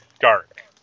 dark